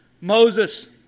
Moses